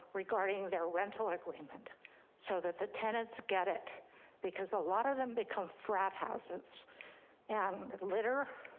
regarding their rental agreement so that the tenants get it because a lot of them become frat houses and litter.